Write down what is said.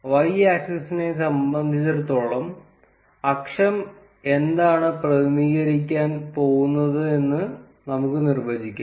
Y ആക്സിസിനെ സംബന്ധിച്ചിടത്തോളം അക്ഷം എന്താണ് പ്രതിനിധീകരിക്കാൻ പോകുന്നതെന്ന് നമുക്ക് നിർവ്വചിക്കാം